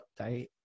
update